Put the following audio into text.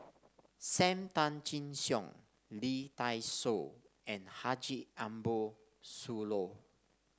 Sam Tan Chin Siong Lee Dai Soh and Haji Ambo Sooloh